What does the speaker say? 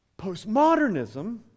Postmodernism